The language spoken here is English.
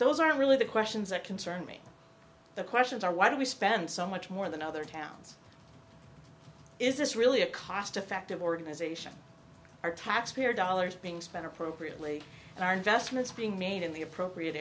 those are really the questions that concern me the questions are why do we spend so much more than other towns is this really a cost effective organization or taxpayer dollars being spent appropriately and our investments being made in the appropriate